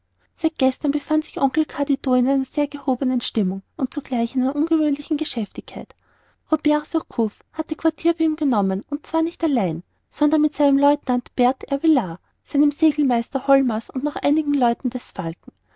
seit gestern befand sich oncle carditon in einer sehr gehobenen stimmung und zugleich in einer ungewöhnlichen geschäftigkeit robert surcouf hatte quartier bei ihm genommen und zwar nicht allein sondern mit seinem lieutenant bert ervillard seinem segelmeister holmers und noch einigen leuten des falken